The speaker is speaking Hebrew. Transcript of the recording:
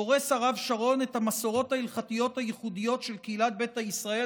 פורס הרב שרון את המסורות ההלכתיות הייחודיות של קהילת ביתא ישראל,